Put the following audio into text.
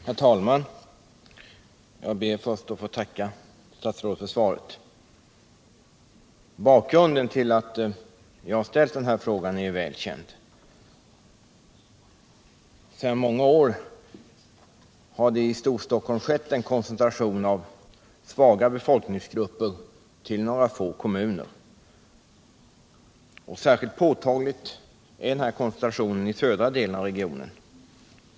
Herr talman! Jag ber först att få tacka statsrådet för svaret. Bakgrunden till den här frågan är välkänd. Sedan många år har det i Storstockholm skett en koncentration av svaga befolkningsgrupper till några få kommuner. Särskilt påtaglig är den här koncentrationen i södra delen av regionen.